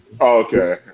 okay